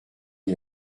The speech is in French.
dit